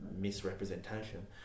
misrepresentation